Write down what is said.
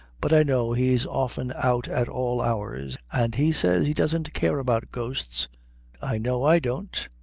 but i know he's often out at all hours, and he says he doesn't care about ghosts i know i don't.